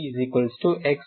మీరు ⟨XY⟩X